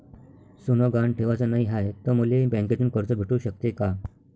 सोनं गहान ठेवाच नाही हाय, त मले बँकेतून कर्ज भेटू शकते का?